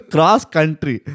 Cross-country